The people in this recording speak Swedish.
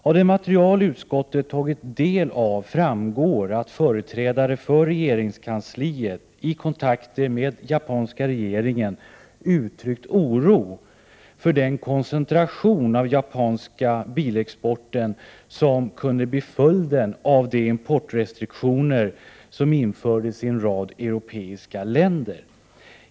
Av det material som utskottet har tagit del av framgår att företrädare för regeringskansliet i kontakter med japanska regeringen uttryckt oro för den koncentration av den japanska bilexporten som kunde bli följden av de importrestriktioner som infördes i en rad europeiska länder.